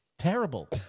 Terrible